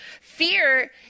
Fear